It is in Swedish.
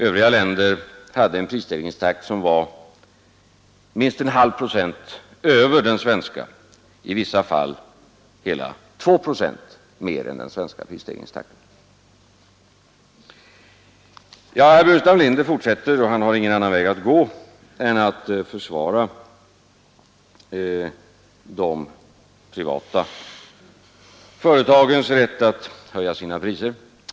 Övriga länder hade en prisstegringstakt som var minst 0,5 procent, i vissa fall hela 2 procent, över den svenska prisstegringstakten. Herr Burenstam Linder fortsätter — och han har ingen annan väg att gå — att försvara de privata företagens rätt att höja sina priser.